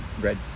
red